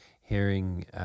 hearing